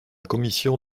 commission